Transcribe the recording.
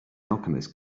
alchemist